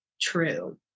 true